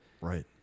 Right